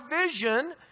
vision